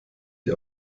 die